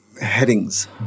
headings